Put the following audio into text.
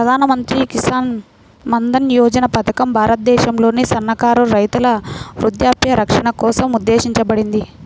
ప్రధాన్ మంత్రి కిసాన్ మన్ధన్ యోజన పథకం భారతదేశంలోని సన్నకారు రైతుల వృద్ధాప్య రక్షణ కోసం ఉద్దేశించబడింది